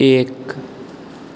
एक